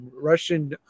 Russian